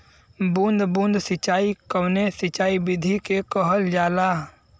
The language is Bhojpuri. बूंद बूंद सिंचाई कवने सिंचाई विधि के कहल जाला?